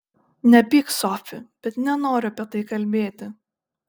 nepyk sofi bet nenoriu apie tai kalbėti